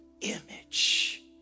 image